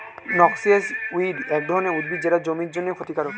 noxious weed এক ধরনের উদ্ভিদ যেটা জমির জন্যে ক্ষতিকারক